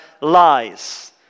lies